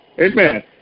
amen